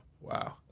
Wow